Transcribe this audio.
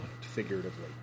figuratively